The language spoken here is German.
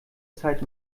zeit